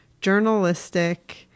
journalistic